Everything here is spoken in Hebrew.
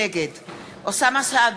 נגד אוסאמה סעדי,